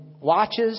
watches